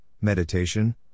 meditation